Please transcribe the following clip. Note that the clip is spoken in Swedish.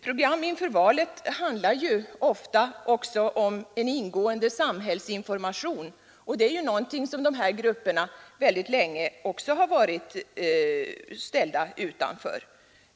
Program inför valet innehåller ju ofta också en ingående samhällsinformation. Det är något som de här grupperna väldigt länge varit ställda utanför.